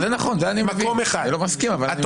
אני לא מסכים, אבל בסדר.